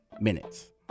minutes